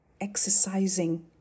exercising